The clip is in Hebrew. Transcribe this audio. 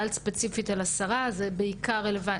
ומוצף בלי שיש עליו אפילו דיווח.